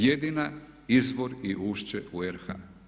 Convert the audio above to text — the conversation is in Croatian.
Jedina, izvor i ušće u RH.